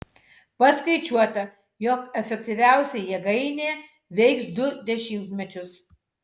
paskaičiuota jog efektyviausiai jėgainė veiks du dešimtmečius